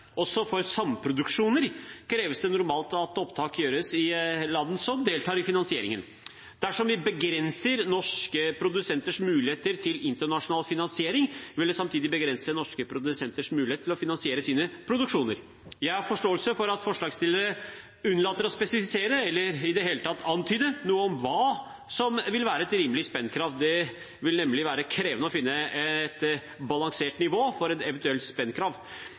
Også for samproduksjoner kreves det normalt at opptak gjøres i landene som deltar i finansieringen. Dersom vi begrenser norske produsenters muligheter til internasjonal finansiering, vil det samtidig begrense norske produsenters mulighet til å finansiere sine produksjoner. Jeg har forståelse for at forslagsstillerne unnlater å spesifisere eller i det hele tatt antyde noe om hva som vil være et rimelig spendkrav. Det vil nemlig være krevende å finne et balansert nivå for et eventuelt